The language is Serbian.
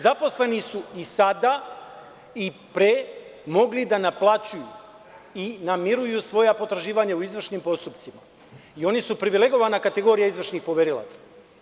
Zaposleni su i sada i pre mogli da naplaćuju i da namiruju svoja potraživanja u izvršnim postupcima, oni su privilegovana kategorija izvršnih poverilaca.